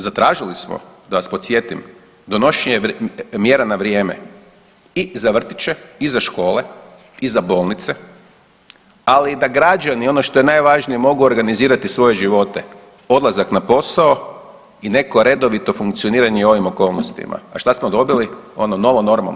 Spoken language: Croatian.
Zatražili smo da vas podsjetim donošenje mjera na vrijeme i za vrtiće i za škole i za bolnice, ali i da građani ono što je najvažnije mogu organizirati svoje živote, odlazak na posao i neko redovito funkcioniranje u ovim okolnostima, a šta smo dobili, ono novo normalno.